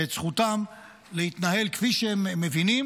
את זכותם להתנהל כפי שהם מבינים,